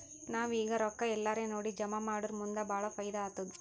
ನಾವ್ ಈಗ್ ರೊಕ್ಕಾ ಎಲ್ಲಾರೇ ನೋಡಿ ಜಮಾ ಮಾಡುರ್ ಮುಂದ್ ಭಾಳ ಫೈದಾ ಆತ್ತುದ್